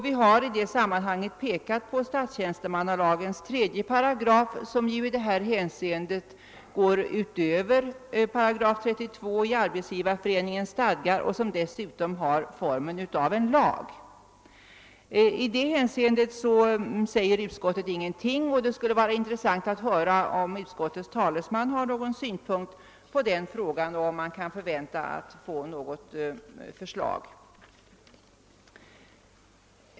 Vi har i det sammanhanget pekat på .statstjänstemannalagens 3 §, som i det hänseendet går längre än 32 § i Arbetsgivareföreningens stadgar och som dessutom har formen av lag. Om detta säger utskottet ingenting. Det skulle vara intressant att höra, om utskottets talesman har någon synpunkt att anföra på den frågan och om vi kan förvänta något förslag.